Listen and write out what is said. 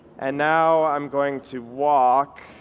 and now i'm going to walk